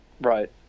Right